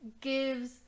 gives